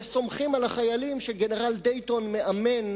וסומכים על החיילים שגנרל דייטון מאמן,